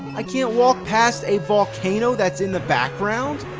i can't walk past a volcano that's in the background!